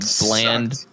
bland